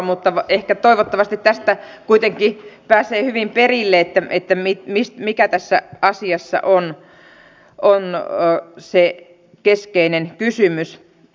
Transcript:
mutta ehkä toivottavasti tästä kuitenkin pääsee hyvin perille siitä mikä tässä asiassa on se keskeinen kysymys